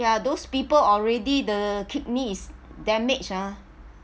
there are those people already the kidney is damaged ah